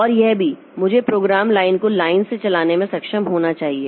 और यह भी मुझे प्रोग्राम लाइन को लाइन से चलाने में सक्षम होना चाहिए